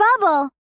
bubble